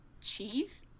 Cheese